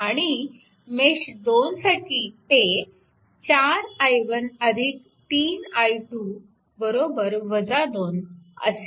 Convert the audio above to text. आणि मेश 2 साठी ते 4 i1 3 i2 2 असे